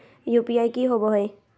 UPI की होबो है?